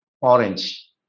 orange